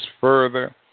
further